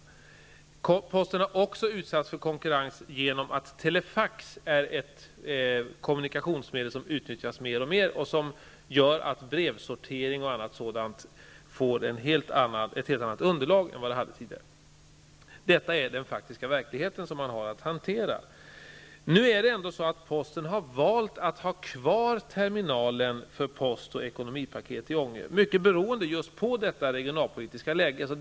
Posten har också utsatts för konkurrens genom att telefax är ett kommunikationsmedel som utnyttjas mer och mer och som gör att brevsortering och annat sådant får ett helt annat underlag än den hade tidigare. Detta är den faktiska verklighet som man har att hantera. Nu har posten ändå valt att ha kvar terminalen för post och ekonomipaket i Ånge, mycket beroende just på det regionalpolitiska läget.